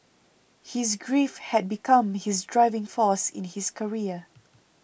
his grief had become his driving force in his career